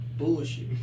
Bullshit